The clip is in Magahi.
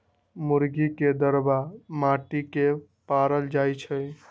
मुर्गी के दरबा माटि के पारल जाइ छइ